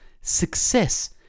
Success